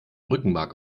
rückenmark